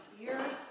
years